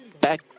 back